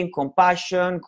compassion